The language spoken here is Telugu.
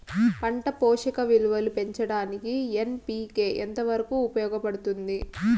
పంట పోషక విలువలు పెంచడానికి ఎన్.పి.కె ఎంత వరకు ఉపయోగపడుతుంది